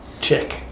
check